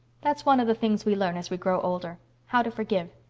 that's one of the things we learn as we grow older how to forgive.